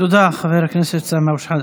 תודה, חבר הכנסת סמי אבו שחאדה.